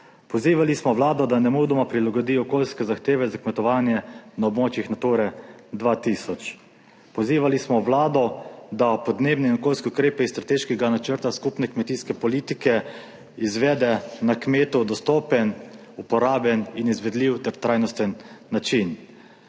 Pozivali smo Vlado, da nemudoma prilagodi okoljske zahteve za kmetovanje na območjih Nature 2000. Pozivali smo Vlado, da podnebne in okoljske ukrepe iz strateškega načrta skupne kmetijske politike izvede na kmetu dostopen, uporaben in izvedljiv ter trajnosten način.